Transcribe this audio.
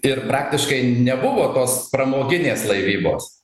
ir praktiškai nebuvo tos pramoginės laivybos